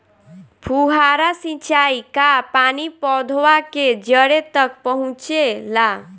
फुहारा सिंचाई का पानी पौधवा के जड़े तक पहुचे ला?